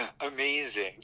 amazing